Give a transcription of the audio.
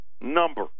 number